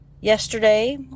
yesterday